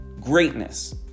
greatness